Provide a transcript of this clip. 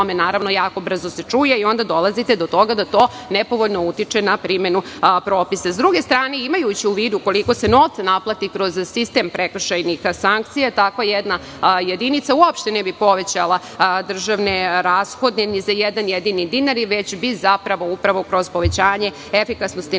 tome se jako brzo čuje i onda dolazite do toga da to nepovoljno utiče na primenu propisa. Sa druge strane, imajući u vidu koliko se novca naplati za sistem prekršajnih sankcija, tako jedna jedinica uopšte ne bi povećala državne rashode ni za jedan jedini dinar, već bi kroz povećanje efikasnosti